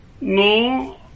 No